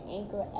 Anchor